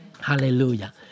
Hallelujah